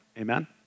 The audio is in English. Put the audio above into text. Amen